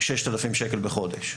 6,000 בחודש.